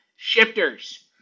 Shifters